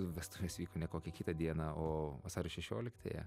vestuvės vyko ne kokią kitą dieną o vasario šešioliktąją